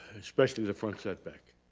especially the front setback.